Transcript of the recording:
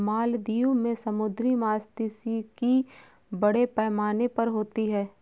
मालदीव में समुद्री मात्स्यिकी बड़े पैमाने पर होती होगी